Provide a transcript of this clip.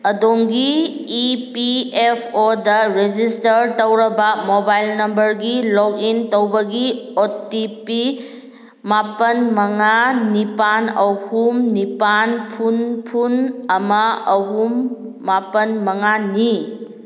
ꯑꯗꯣꯝꯒꯤ E P F ꯑꯣꯗ register ꯇꯧꯔꯕ ꯃꯣꯕꯥꯏꯜ ꯅꯝꯕꯔꯒꯤ ꯂꯣꯛꯏꯟ ꯇꯧꯕꯒꯤ ꯑꯣ ꯇꯤ ꯄꯤ ꯃꯥꯄꯜ ꯃꯉꯥ ꯅꯤꯄꯥꯜ ꯑꯍꯨꯝ ꯅꯤꯄꯥꯜ ꯐꯨꯟ ꯐꯨꯟ ꯑꯃ ꯑꯍꯨꯝ ꯃꯥꯄꯜ ꯃꯉꯥꯅꯤ